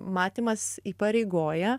matymas įpareigoja